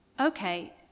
Okay